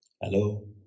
hello